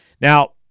Now